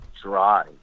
dry